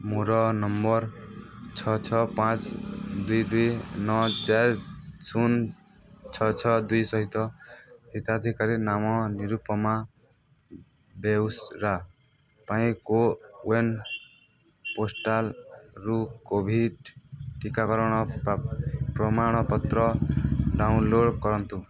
ମୋର ନମ୍ବର୍ ଛଅ ଛଅ ପାଞ୍ଚ ଦୁଇ ଦୁଇ ନଅ ଚାରି ଶୂନ ଛଅ ଛଅ ଦୁଇ ସହିତ ହିତାଧିକାରୀ ନାମ ନିରୁପମା ବେଉରା ପାଇଁ କୋୱିନ୍ ପୋର୍ଟାଲ୍ରୁ କୋଭିଡ଼୍ ଟିକାକରଣ ପ୍ରମାଣପତ୍ର ଡାଉନଲୋଡ଼୍ କରନ୍ତୁ